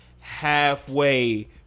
halfway